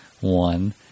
one